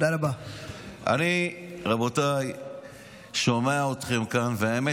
הרבה עבודה יש במשרד לשיתוף פעולה אזורי.